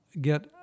get